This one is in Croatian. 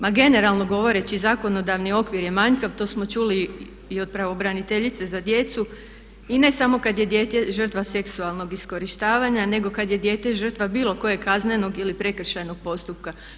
Ma generalno govoreći zakonodavni okvir je manjkav, to smo čuli i od pravobraniteljice za djecu i ne samo kada je dijete žrtva seksualnog iskorištavanja nego kada je dijete žrtva bilo kojeg kaznenog ili prekršajnog postupka.